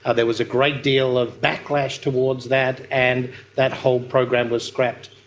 ah there was a great deal of backlash towards that and that whole program was scrapped.